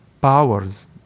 powers